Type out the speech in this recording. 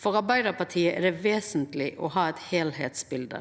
For Arbeidarpartiet er det vesentleg å ha eit heilskapsbilde.